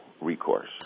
recourse